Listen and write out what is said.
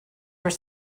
were